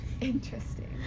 Interesting